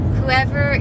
whoever